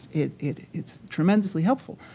it it it's tremendously helpful.